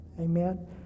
Amen